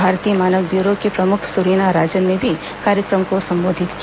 भारतीय मानक ब्यूरो की प्रमुख सुरीना राजन ने भी कार्यक्रम को संबोधित किया